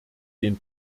den